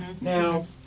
Now